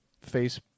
face